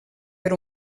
per